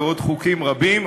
ועוד חוקים רבים,